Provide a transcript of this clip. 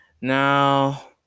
Now